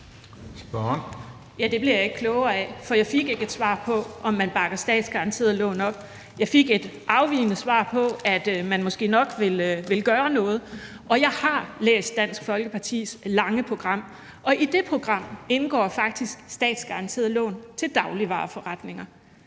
Det blev jeg ikke klogere af, for jeg fik ikke et svar på, om man bakker statsgaranterede lån op. Jeg fik et afvigende svar, der handlede om, at man måske nok ville gøre noget. Jeg har læst Dansk Folkepartis lange program, og i det program indgår faktisk statsgaranterede lån til dagligvareforretninger.